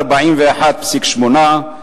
41.8%,